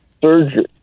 surgery